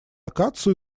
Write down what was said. акацию